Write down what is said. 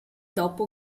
dopo